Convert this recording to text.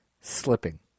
slipping